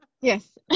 Yes